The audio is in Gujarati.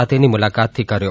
સાથેની મુલાકાત થી કર્યો